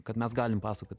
kad mes galim pasakot